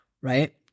right